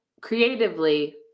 creatively